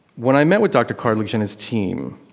when i met with dr. cartlidge and his team,